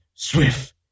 Swift